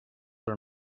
are